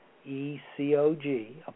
E-C-O-G